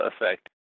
effect